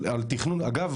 אגב,